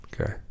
Okay